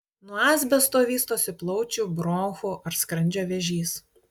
nuo asbesto vystosi plaučių bronchų ar skrandžio vėžys